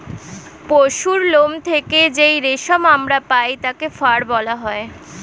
পশুর লোম থেকে যেই রেশম আমরা পাই তাকে ফার বলা হয়